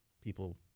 people